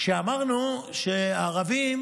כשאמרנו שערבים